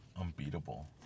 unbeatable